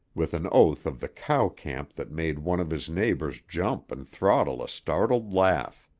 with an oath of the cow-camp that made one of his neighbors jump and throttle a startled laugh.